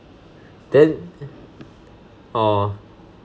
then oh